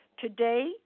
Today